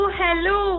hello